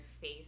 face